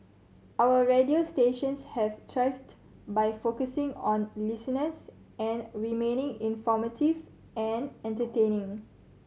our radio stations have thrived by focusing on listeners and remaining informative and entertaining